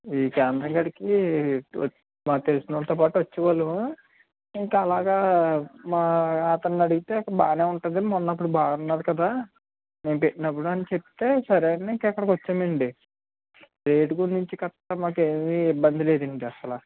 ఈ కేంద్రం కాడికి మాకు తెలిసినోళ్ళతో పాటు వచ్చే వాళ్ళం ఇంకా అలాగా మా అతన్నిఅడిగితే ఇక్కడ బాగానే ఉంటుంది మొన్న అప్పుడు బాగానే ఉన్నది కదా మేము పెట్టినపుడు అని చెప్తే సరే అని ఇంక ఇక్కడికి వచ్చామండి రేటు గురించి కరెక్ట్ గా మాకేమి ఇబ్బంది లేదండి అసలు